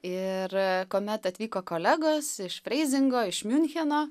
ir kuomet atvyko kolegos iš freizingo iš miuncheno